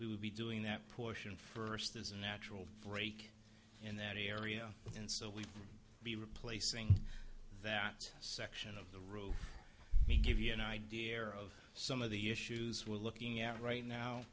will be doing that portion first is a natural break in that area and so we'll be replacing that section of the roof me give you an idea air of some of the issues we're looking at right